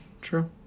True